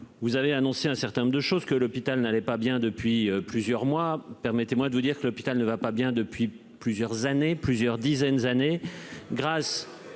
vous avez annoncé un certain nombre de choses que l'hôpital n'allait pas bien depuis plusieurs mois, permettez-moi de vous dire que l'hôpital ne va pas bien depuis plusieurs années, plusieurs dizaines d'années, grâce,